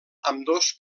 ambdós